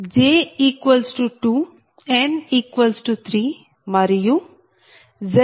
j 2 n3 మరియు ZbZ2r0